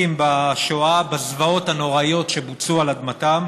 בשואה בזוועות הנוראיות שבוצעו על אדמתם,